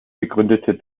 begründete